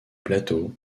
plateaux